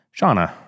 Shauna